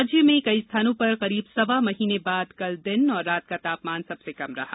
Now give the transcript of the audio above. राज्य में कई स्थानों पर करीब सवा महीने बाद कल दिन और रात का तापमान सबसे कम रहा